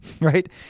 right